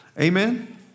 Amen